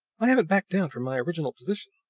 i haven't backed down from my original position.